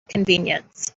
convenience